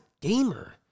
gamer